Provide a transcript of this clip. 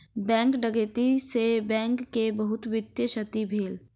bank डकैती से bank के बहुत वित्तीय क्षति भेल